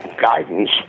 guidance